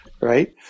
Right